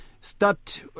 Start